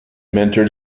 mentored